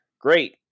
great